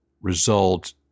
result